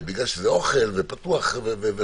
בגלל שזה אוכל וזה פתוח וכו'.